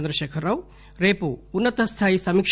చంద్రశేఖర రావు రేపు ఉన్న తస్థాయి సమీక